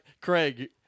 Craig